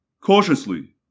cautiously